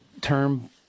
term